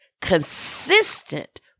consistent